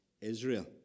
Israel